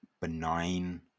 benign